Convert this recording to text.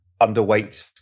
underweight